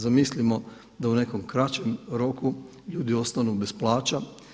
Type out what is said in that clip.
Zamislimo da u nekom kraćem roku ljudi ostanu bez plaća.